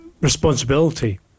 responsibility